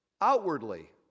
outwardly